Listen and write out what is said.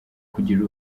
kugira